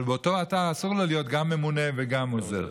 אבל באותו אתר אסור לו להיות גם ממונה וגם עוזר,